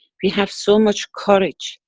we have so much courage,